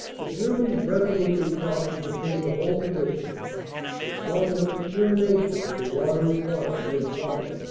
the germans resolutely fought to defend the whole position and clung with determination to the watery corner near conde.